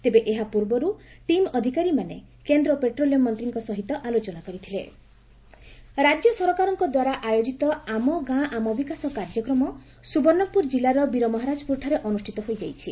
ତେବେ ଏହାପୂର୍ବରୁ ଟିମ୍ ଅଧିକାରୀମାନେ କେନ୍ଦ ପେଟ୍ରୋଲିୟମ ମନ୍ତୀଙ୍କ ସହିତ ଆଲୋଚନା କରିଥିଲେ ଆମ ଗାଁ ଆମ ବିକାଶ ରାଜ୍ୟ ସରକାରଙ୍କ ଦ୍ୱାରା ଆୟୋଜିତ ଆମ ଗାଁ ଆମ ବିକାଶ କାର୍ଯ୍ୟକ୍ରମ ସୁବର୍ଶ୍ୱପୁର କିଲ୍ଲାର ବୀରମହାରାଜପୁରଠାରେ ଅନୁଷ୍ଷିତ ହୋଇଯାଇଛି